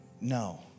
no